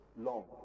long